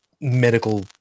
medical